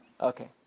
Okay